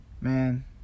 Man